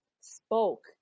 spoke